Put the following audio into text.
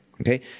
Okay